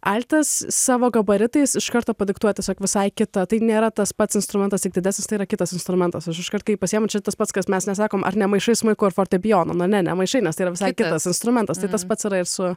altas savo gabaritais iš karto padiktuoja visai kitą tai nėra tas pats instrumentas tik didesnis tai yra kitas instrumentas aš iškart kai jį pasiimu čia tas pats kas mes nesakom ar nemaišai smuiko ar fortepijono na ne nemaišai nes yra visai kitas instrumentas tai tas patsir su